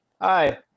Hi